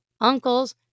uncles